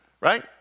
right